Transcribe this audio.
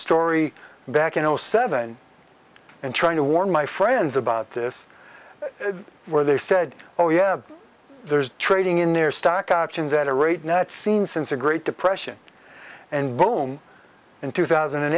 story back in zero seven and trying to warn my friends about this where they said oh yeah there's trading in their stock options at a rate not seen since the great depression and boom in two thousand and